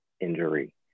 injury